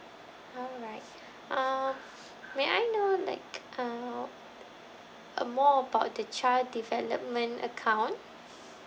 alright uh may I know like uh uh more about the child development account